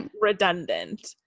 redundant